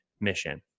mission